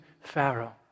Pharaoh